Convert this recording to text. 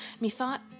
Methought